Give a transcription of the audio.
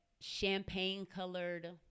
champagne-colored